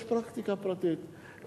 יש פרקטיקה פרטית,